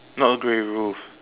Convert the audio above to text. not a grey roof